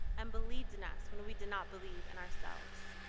and believed in us when we did not believe in ourselves.